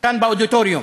כאן באודיטוריום?